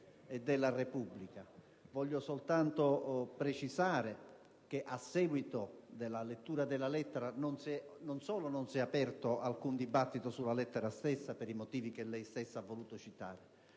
della Repubblica. Voglio soltanto precisare che a seguito della lettura della lettera non solo non si è aperto alcun dibattito sulla lettera stessa, per i motivi che lei stessa ha voluto citare,